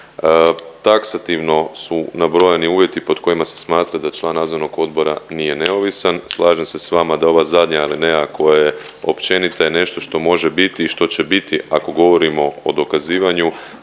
Taksativno su nabrojani uvjeti pod kojima se smatra da član nadzornog odbora nije neovisan. Slažem se s vama da ova zadnja alineja koja je općenita je nešto što može biti i što će biti ako govorimo o dokazivanju,